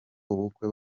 ubukwe